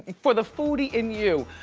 for the foodie in you.